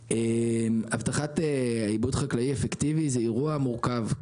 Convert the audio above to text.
הבטחת עיבוד חקלאי אפקטיבי זה אירוע מורכב,